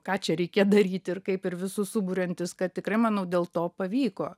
ką čia reikia daryt ir kaip ir visus suburiantis kad tikrai manau dėl to pavyko